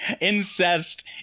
incest